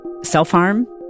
self-harm